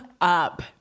up